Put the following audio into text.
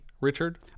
richard